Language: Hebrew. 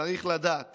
צריך לדעת